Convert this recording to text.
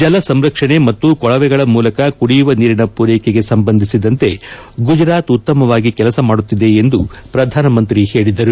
ಜಲಸಂರಕ್ಷಣೆ ಮತ್ತು ಕೊಳವೆಗಳ ಮೂಲ ಕುಡಿಯುವ ನೀರಿನ ಪೂರೈಕೆಗೆ ಸಂಬಂಧಿಸಿದಂತೆ ಗುಜರಾತ್ ಉತ್ತಮವಾಗಿ ಕೆಲಸ ಮಾಡುತ್ತಿದೆ ಎಂದು ಪ್ರಧಾನಿ ಹೇಳಿದರು